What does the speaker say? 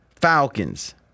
Falcons